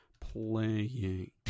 playing